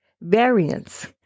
variance